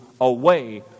away